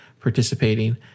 participating